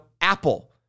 Apple